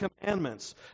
commandments